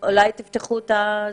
אני מבקשת שתחכו קצת.